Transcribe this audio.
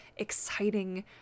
exciting